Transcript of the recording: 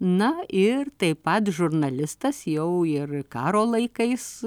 na ir taip pat žurnalistas jau ir karo laikais